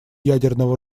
ядерного